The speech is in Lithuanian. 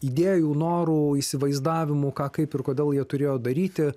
idėjų norų įsivaizdavimų ką kaip ir kodėl jie turėjo daryti